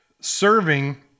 serving